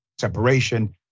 separation